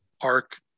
arc